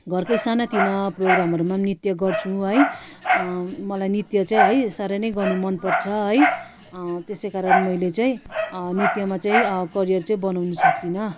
घरकै साना तिना प्रोग्रामहरूमा नृत्य गर्छु है मलाई नृत्य चाहिँ है साह्रै नै गर्नु मन पर्छ है त्यसै कारण मैले चाहिँ नृत्यमा चाहिँ करियर चाहिँ बनाउनु सकिनँ